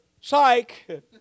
psych